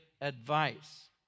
advice